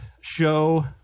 show